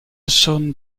zone